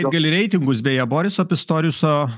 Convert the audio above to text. gali reitingus beje boriso pistoriuso